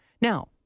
Now